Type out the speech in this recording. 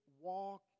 walk